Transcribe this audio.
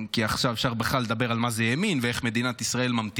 ועכשיו בכלל אפשר לדבר על מה זה ימין